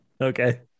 okay